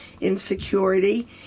insecurity